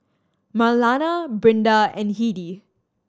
Marlana Brinda and Hedy